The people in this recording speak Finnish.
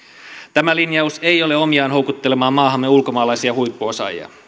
tämä linjaus ei ole omiaan houkuttelemaan maahamme ulkomaalaisia huippuosaajia